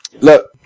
Look